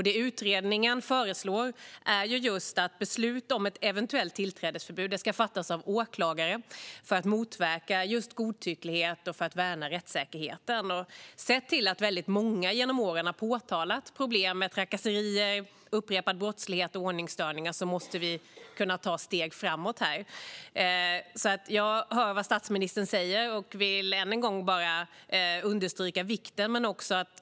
Det utredningen föreslår är just att beslut om ett eventuellt tillträdesförbud ska fattas av åklagare för att motverka godtycklighet och för att värna rättssäkerheten. Sett till att väldigt många genom åren har påtalat problem med trakasserier, upprepad brottslighet och ordningsstörningar måste vi kunna ta steg framåt här. Jag hör vad statsministern säger och vill än en gång bara understryka frågans vikt.